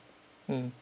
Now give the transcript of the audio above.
mm